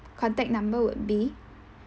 contact number would be